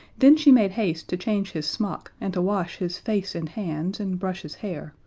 then she made haste to change his smock and to wash his face and hands and brush his hair,